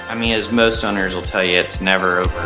i mean, as most owners will tell you it's never